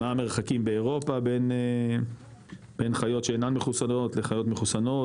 מה המרחקים באירופה בין חיות שאינן מחוסנות לחיות מחוסנות?